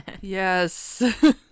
Yes